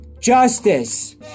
justice